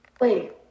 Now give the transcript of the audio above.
Wait